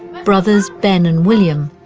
brothers ben and william.